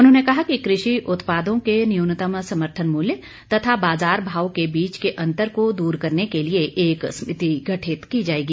उन्होंने कहा कि कृषि उत्पादों के न्यूनतम समर्थन मूल्य तथा बाजार भाव के बीच के अंतर को दूर करने के लिए एक समिति गठित की जाएगी